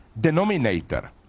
denominator